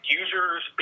users